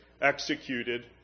executed